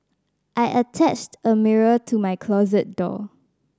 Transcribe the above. I attached a mirror to my closet door